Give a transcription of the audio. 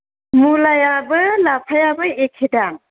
मुलायाबो लाफायाबो एखे दाम